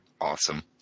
Awesome